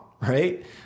right